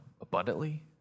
abundantly